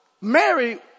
Mary